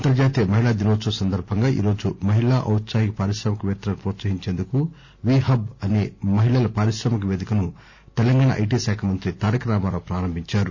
అంతర్జాతీయ మహిళా దినోత్సవం సందర్భంగా ఈరోజు మహిళా ఔత్సాహిక పారిశ్రామికపేత్తలను ప్రోత్సహించేందుకు వి హబ్ అనే మహిళల పారిశ్రామిక వేదికను తెలంగాణ ఐటి శాఖ మంత్రి తారక రామారావు ప్రారంభించారు